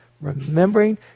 Remembering